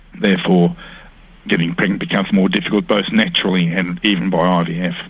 therefore getting pregnant becomes more difficult, both naturally and even by um yeah